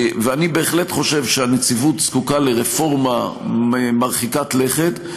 אני בהחלט חושב שהנציבות זקוקה לרפורמה מרחיקת לכת.